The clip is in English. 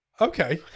Okay